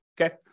Okay